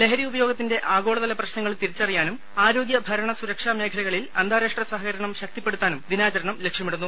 ലഹരി ഉപയോഗത്തിന്റെ ആഗോളതല പ്രശ്നങ്ങൾ തിരിച്ചറിയാനും ആരോഗ്യ ഭരണ സുരക്ഷാ മേഖലകളിൽ അന്താരാഷ്ട്ര സഹകരണം ശക്തിപ്പെടുത്താനും ദിനാചരണം ലക്ഷ്യമിടുന്നു